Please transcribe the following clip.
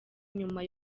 nyuma